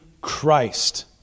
Christ